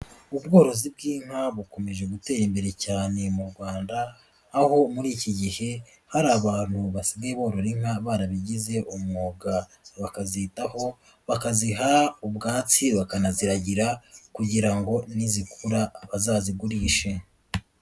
Ubworozi bw'inka bukomeje gutera imbere cyane mu Rwanda, aho muri iki gihe hari abantu basigaye borora inka barabigize umwuga, bakazitaho bakaziha ubwatsi bakanaziragira kugira ngo nizikura bazazigurishe.